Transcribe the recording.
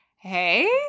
hey